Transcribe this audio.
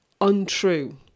untrue